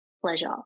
pleasure